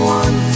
one